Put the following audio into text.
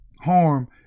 harm